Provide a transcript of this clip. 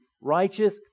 righteous